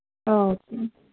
okay